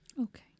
Okay